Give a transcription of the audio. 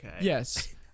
Yes